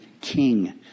king